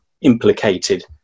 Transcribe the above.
implicated